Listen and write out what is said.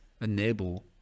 enable